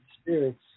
spirits